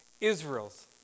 Israel's